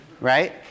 Right